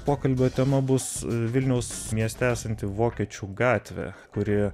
pokalbio tema bus vilniaus mieste esanti vokiečių gatvė kuri